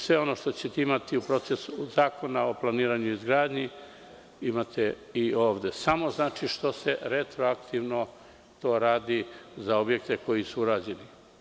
Sve ono što ćete imati u zakonu o planiranju i izgradnji imate i ovde, samo što se retroaktivno to radi za objekte koji su urađeni.